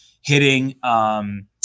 hitting –